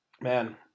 Man